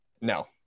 no